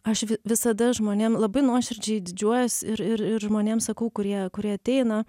aš vi visada žmonėm labai nuoširdžiai didžiuojuos ir ir žmonėm sakau kurie kurie ateina